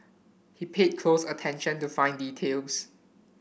he paid close attention to fine details